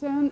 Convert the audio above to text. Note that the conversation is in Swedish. Jag